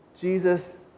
Jesus